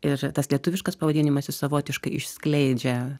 ir tas lietuviškas pavadinimas jis savotiškai išskleidžia